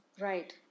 Right